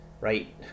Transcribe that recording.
right